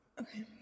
Okay